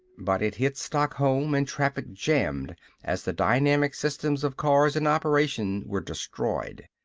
but it hit stockholm and traffic jammed as the dynamic systems of cars in operation were destroyed.